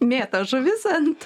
mėto žuvis ant